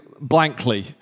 blankly